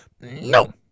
No